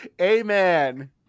Amen